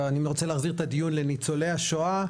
אני רוצה להחזיר את הדיון לניצולי השואה,